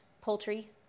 poultry